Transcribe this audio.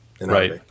right